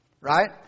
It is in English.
Right